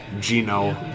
Gino